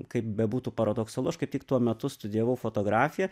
kaip bebūtų paradoksalu aš kaip tik tuo metu studijavau fotografiją